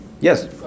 Yes